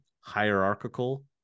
hierarchical